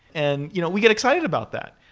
and you know we get excited about that.